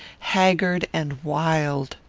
haggard, and wild.